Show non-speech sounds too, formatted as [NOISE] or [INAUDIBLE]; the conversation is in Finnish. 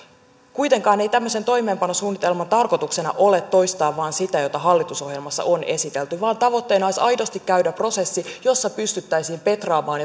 kuitenkaan ei tämmöisen toimeenpanosuunnitelman tarkoituksena ole toistaa vain sitä mitä hallitusohjelmassa on esitelty vaan tavoitteena olisi aidosti käydä prosessi jossa pystyttäisiin petraamaan [UNINTELLIGIBLE]